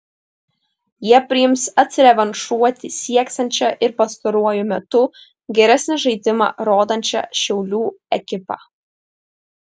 jie priims atsirevanšuoti sieksiančią ir pastaruoju metu geresnį žaidimą rodančią šiaulių ekipą